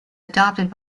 adopted